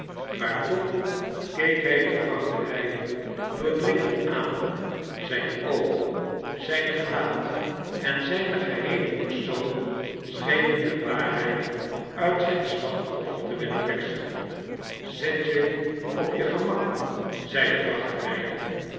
maair toch keek hij den vrachtrijder doordringend aan zijn oog zijn gelaat en zijn geheele persoon schenein de waarheid uit zijn slachtoffer te willen persen zet je op je gemak